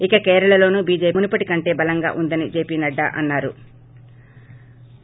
ఇక కేరళలోనూ బీజోపీ మునుపటి కంటే బలంగా ఉందని జేపీ నడ్లా అన్నారు